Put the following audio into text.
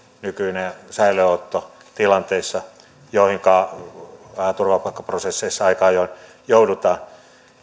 nykyinen säilöönotto tilanteissa joihinka turvapaikkaprosesseissa aika ajoin joudutaan